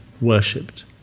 worshipped